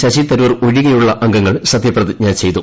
ശശി തരൂർ ഒഴികെയുള്ള അംഗങ്ങൾ സത്യപ്രതിജ്ഞ ചെയ്തു